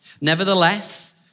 Nevertheless